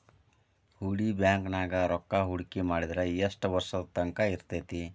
ಹೂಡಿ ಬ್ಯಾಂಕ್ ನ್ಯಾಗ್ ರೂಕ್ಕಾಹೂಡ್ಕಿ ಮಾಡಿದ್ರ ಯೆಷ್ಟ್ ವರ್ಷದ ತಂಕಾ ಇರ್ತೇತಿ?